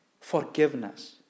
Forgiveness